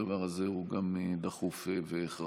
הדבר הזה הוא גם דחוף והכרחי,